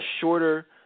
shorter